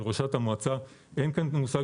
לא תוקם כרגע.